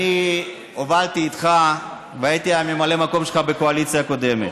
אני הובלתי איתך והייתי ממלא המקום שלך בקואליציה הקודמת.